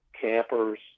campers